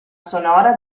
sonora